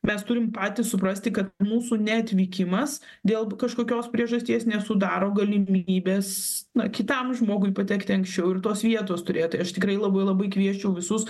mes turim patys suprasti kad mūsų neatvykimas dėl kažkokios priežasties nesudaro galimybės na kitam žmogui patekti anksčiau ir tos vietos turėt tai aš tikrai labai labai kviesčiau visus